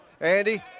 Andy